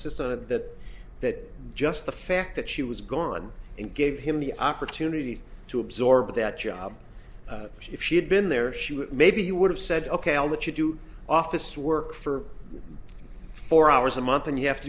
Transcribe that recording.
system that that just the fact that she was gone and gave him the opportunity to absorb that job if she had been there she maybe would have said ok i'll let you do office work for four hours a month and you have to